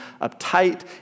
uptight